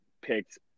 picked